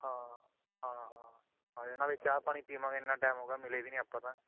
ਹਾਂ ਹਾਂ ਹਾਂ ਹਾਂ ਨਾਲੇ ਚਾਹ ਪਾਣੀ ਪੀਵਾਂਗੇ ਇੰਨਾ ਟਾਈਮ ਹੋ ਗਿਆ ਮਿਲੇ ਵੀ ਨਹੀਂ ਆਪਾਂ ਤਾਂ